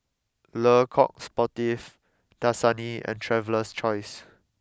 Le Coq Sportif Dasani and Traveler's Choice